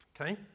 Okay